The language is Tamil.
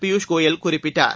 பியூஷ் கோயல் குறிப்பிட்டார்